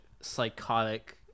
psychotic